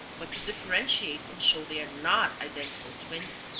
but to differentiate and show they are not identical twins,